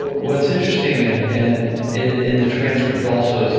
but what's interesting and and in the transcript also,